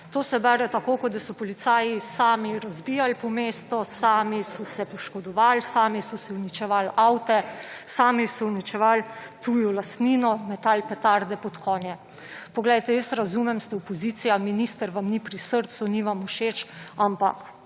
To se bere tako, kot ko da so policaji sami razbijali po mestu, sami so se poškodovali, sami so uničevali avte, sami so uničevali tujo lastnino, metali petarde pod konje. Poglejte, razumem, ste opozicija, minister vam ni pri srcu, ni vam všeč, ampak